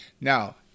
Now